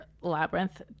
labyrinth